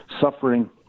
suffering